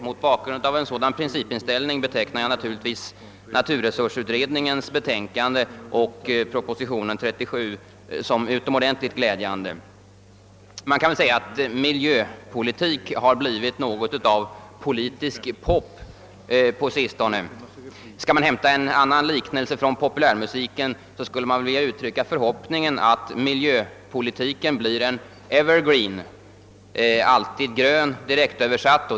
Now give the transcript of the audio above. Mot bakgrunden av en sådan principinställning betecknar jag naturligtvis naturresursutredningens betänkande och Kungl. Maj:ts proposition nr 37 som utomordentligt glädjande. Miljöpolitik har blivit något av en politisk »pop» på sista tiden. För att hämta en annan liknelse från populärmusiken, vill jag uttrycka den förhoppningen att miljöpolitiken måtte bli en »evergreen» — alltså alltid grön, ordagrant översatt.